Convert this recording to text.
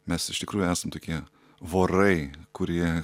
mes iš tikrųjų esam tokie vorai kurie